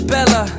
Bella